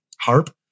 harp